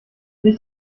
nicht